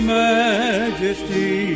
majesty